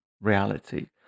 reality